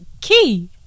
key